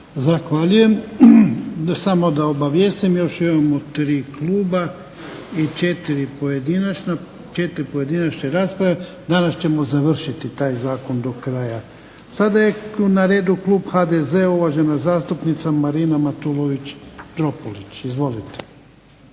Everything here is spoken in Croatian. Zahvaljujem. Samo da obavijestim. Još imamo 3 kluba i 4 pojedinačne rasprave. Danas ćemo završiti taj zakon do kraja. Sada je na redu Klub HDZ-a. Uvažena zastupnica Marina Matulović-Dropulić. Izvolite.